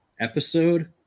episode